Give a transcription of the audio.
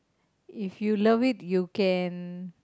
if you love it you can